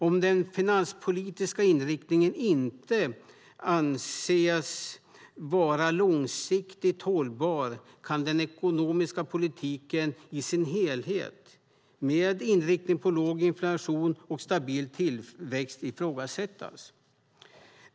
Om den finanspolitiska inriktningen inte anses vara långsiktigt hållbar kan den ekonomiska politiken i sin helhet, med inriktning på låg inflation och stabil tillväxt, ifrågasättas.